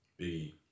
Biggie